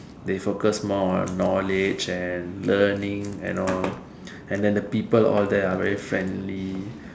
they focus more on knowledge and learning and all and then the people all there are very friendly